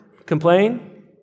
Complain